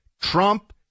Trump